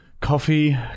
Coffee